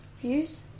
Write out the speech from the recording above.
views